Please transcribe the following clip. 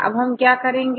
अब हम क्या करेंगे